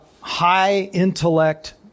high-intellect